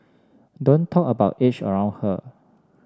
don't talk about age around her